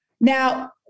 now